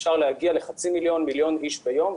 אפשר להגיע לחצי מיליון-מיליון איש ביום,